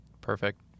Perfect